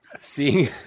seeing